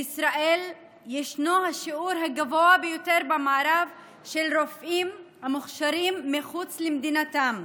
בישראל יש השיעור הגבוה ביותר במערב של רופאים המוכשרים מחוץ למדינתם,